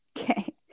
Okay